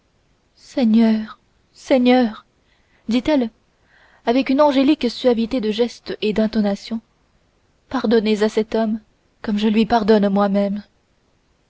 seigneur seigneur dit-elle avec une angélique suavité de geste et d'intonation pardonnez à cet homme comme je lui pardonne moimême